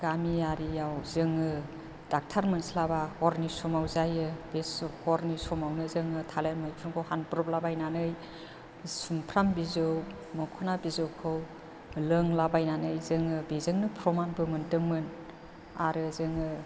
गामियारिआव जोङो ड'क्टार मोनस्लाबा हरनि समाव जायो बे हरनि समावनो जोङो थालिर मैखुनखौ हानब्रबलाबायनानै सुमफ्राम बिजौ मोखोना बिजौखौ लोंलाबायनानै जोङो बेजोंनो प्रमानबो मोनदोंमोन आरो जोङो